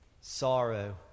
sorrow